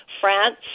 France